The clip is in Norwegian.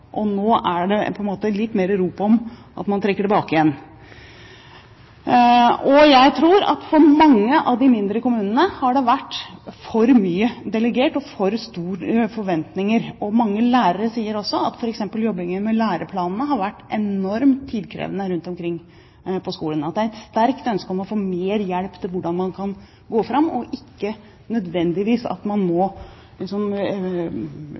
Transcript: og det har vært for store forventninger. Mange lærere sier at f.eks. jobbingen med læreplanene har vært enormt tidkrevende rundt omkring på skolene. Det er et sterkt ønske om å få mer hjelp til hvordan man kan gå fram, og ikke nødvendigvis at man må